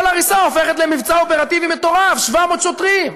כל הריסה הופכת למבצע אופרטיבי מטורף: 700 שוטרים,